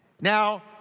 Now